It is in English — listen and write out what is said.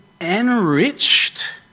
enriched